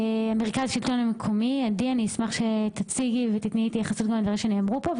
מרכז השלטון המקומי אני אשמח שתציגי ותתני התייחסות לדברים שנאמרו פה,